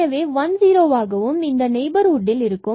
எனவே 1 0 ஆகவும் இந்த நெய்பர்ஹுட் ல் இருக்கும்